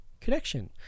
connection